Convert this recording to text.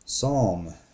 Psalm